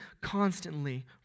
constantly